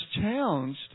challenged